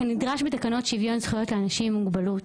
כנדרש בתקנות שוויון לאנשים עם מוגבלות,